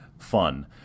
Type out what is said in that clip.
Fun